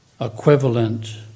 equivalent